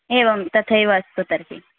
एवं तथैव अस्तु तर्हि